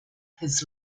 his